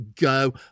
go